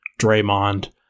Draymond